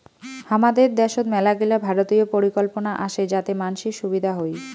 হামাদের দ্যাশোত মেলাগিলা ভারতীয় পরিকল্পনা আসে যাতে মানসির সুবিধা হই